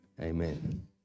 Amen